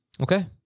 Okay